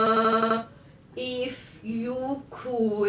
err if you could